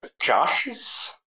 Josh's